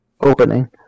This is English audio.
opening